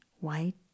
white